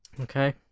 Okay